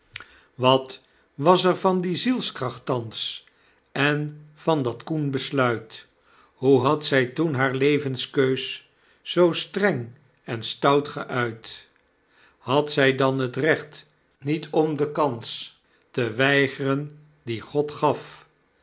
wat was er van die zielskracht thans en van dat koen besluit hoe had zij toen haar levenskeus zoo streng en stout geuit had zij dan t recht niet om de kans te weigren die god gaf